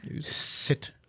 sit